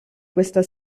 questa